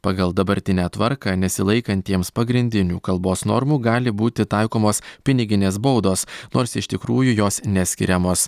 pagal dabartinę tvarką nesilaikantiems pagrindinių kalbos normų gali būti taikomos piniginės baudos nors iš tikrųjų jos neskiriamos